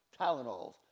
Tylenols